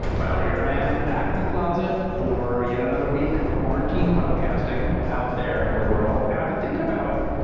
well, here i am, back in the closet for yet another week of quarantine podcasting out there in the world and i've been thinking about,